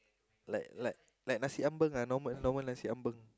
like like like nasi ambeng ah like normal nasi ambeng